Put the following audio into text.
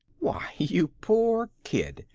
why, you poor kid,